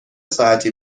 ساعتی